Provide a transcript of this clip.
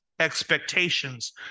expectations